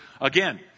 again